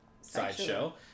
Sideshow